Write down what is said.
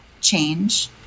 change